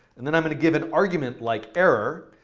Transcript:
and then i'm going to give an argument like error.